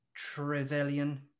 Trevelyan